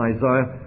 Isaiah